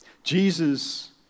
Jesus